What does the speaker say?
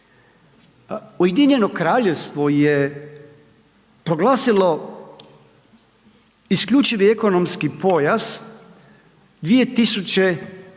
Ujedinjeno Kraljevstvo je proglasilo isključivi ekonomski pojas 2013.